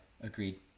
Agreed